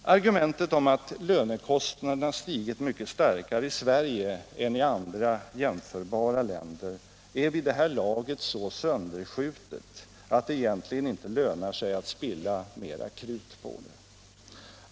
Argumentet att lönekostnaderna stigit mycket starkare i Sverige än i andra jämförbara länder är vid det här laget så sönderskjutet att det egentligen inte lönar sig att spilla mera krut på det.